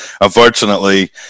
unfortunately